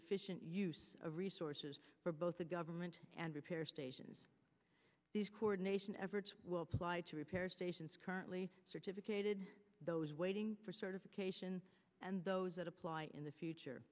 efficient use of resources for both the government and repair stations these coordination efforts will apply to repair stations currently certificate id those waiting for certification and those that apply in the future